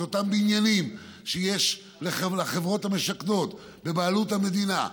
את אותם בניינים שיש לחברות המשכנות בבעלות המדינה,